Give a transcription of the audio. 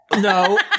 No